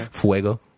Fuego